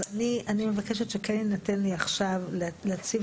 אז אני מבקשת שכן יינתן לי עכשיו להציג